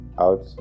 out